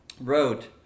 wrote